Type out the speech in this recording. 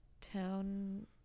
town